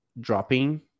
dropping